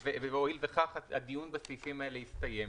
הואיל וכך הדיון בסעיפים האלה הסתיים.